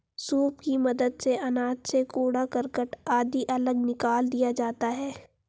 soup की मदद से अनाज से कूड़ा करकट आदि अलग निकाल दिया जाता है